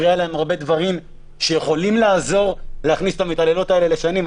מפריעים להם הרבה דברים שיכולים לעזור להכניס את המתעללות האלה לשנים,